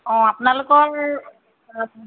অঁ আপোনালোকৰ